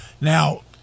Now